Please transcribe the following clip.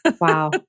Wow